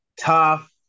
Tough